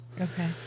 Okay